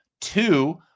two